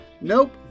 Nope